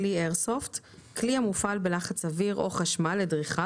"כלי איירסופט" כלי המופעל בלחץ אוויר או חשמל לדריכה